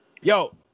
Yo